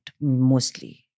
mostly